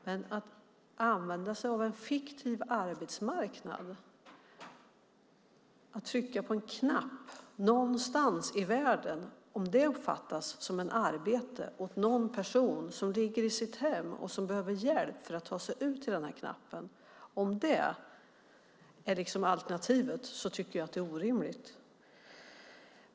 Det är att använda sig av en fiktiv arbetsmarknad om att trycka på en knapp någonstans i världen uppfattas som ett arbete åt någon person som ligger i sitt hem och behöver hjälp att ta sig ut till denna knapp. Om det är alternativet är det orimligt.